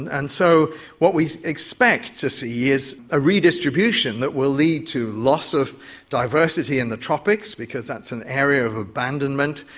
and so what we expect to see is a redistribution that will lead to loss of diversity in the tropics, because that's an area of abandonment,